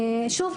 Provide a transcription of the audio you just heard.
שוב,